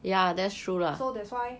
so that's why